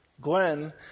Glenn